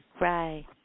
Right